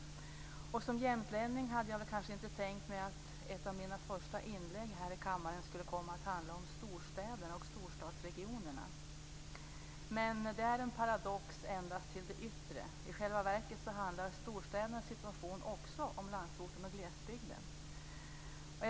Jag hade som jämtlänning kanske inte tänkt mig att ett av mina första inlägg här i kammaren skulle komma att handla om storstäderna och storstadsregionerna, men det är en paradox endast till det yttre. I själva verket handlar storstädernas situation också om landsorten och om glesbygden.